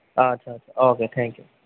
आथ्सा आथ्सा okay thank U